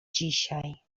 dzisiaj